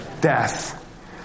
death